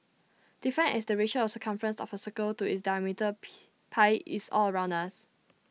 defined as the ratio of the circumference of A circle to its diameter P pi is all around us